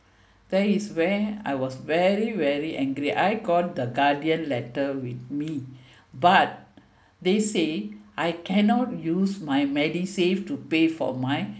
there is where I was very very angry I got the guardian letter with me but they say I cannot use my medisave to pay for my